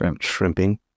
shrimping